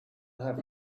have